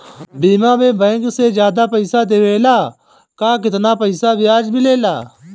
बीमा में बैंक से ज्यादा पइसा देवेला का कितना प्रतिशत ब्याज मिलेला?